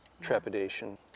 trepidation